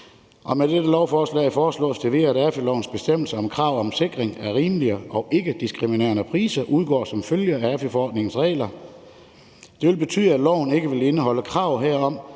Med dette lovforslag foreslås det, at AFI-lovens bestemmelser om krav om sikring af rimelige og ikkediskriminerende priser udgår som følge af AFI-forordningens regler. Det vil betyde, at loven ikke vil indeholde krav herom,